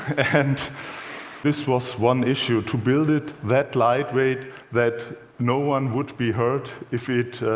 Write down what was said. and this was one issue to build it that lightweight that no one would be hurt if it